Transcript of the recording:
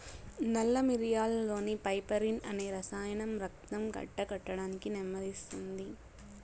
నల్ల మిరియాలులోని పైపెరిన్ అనే రసాయనం రక్తం గడ్డకట్టడాన్ని నెమ్మదిస్తుంది